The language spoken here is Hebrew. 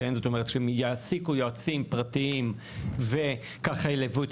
שהם יעסיקו יועצים פרטיים וככה ילוו את